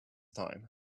time